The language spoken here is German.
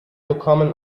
bekommen